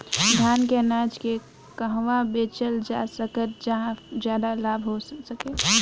धान के अनाज के कहवा बेचल जा सकता जहाँ ज्यादा लाभ हो सके?